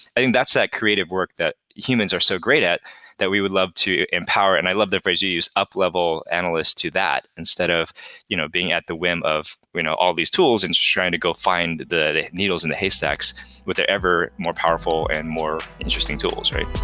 i think that's that creative work that humans are so great at that we would love to empower. and i love the phrase you used, up-level analyst to that, instead of you know being at the whim of you know all these tools and trying to go find the needles in the haystacks with an ever more powerful and more interesting tools, right?